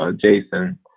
Jason